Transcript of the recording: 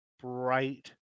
bright